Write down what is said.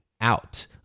out